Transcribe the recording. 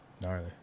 Gnarly